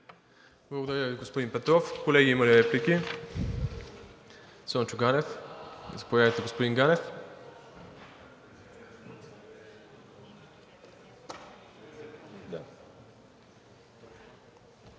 Благодаря Ви, господин Петров. Колеги, има ли реплики? Цончо Ганев – заповядайте, господин Ганев.